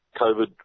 COVID